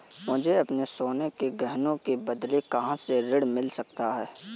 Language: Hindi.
मुझे अपने सोने के गहनों के बदले कहां से ऋण मिल सकता है?